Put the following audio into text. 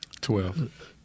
Twelve